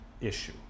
issue